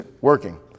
working